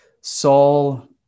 Saul